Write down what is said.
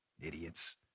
Idiots